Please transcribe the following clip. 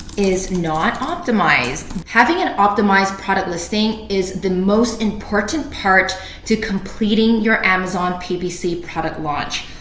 is not optimized. having an optimized product listing is the most important part to completely your amazon ppc product launch.